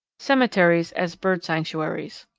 cemeteries as bird sanctuaries.